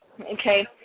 okay